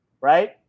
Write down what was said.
Right